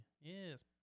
Yes